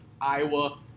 Iowa